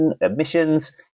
emissions